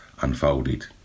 unfolded